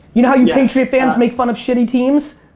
you know how you patriot fans make fun of shitty teams?